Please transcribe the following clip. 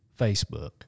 Facebook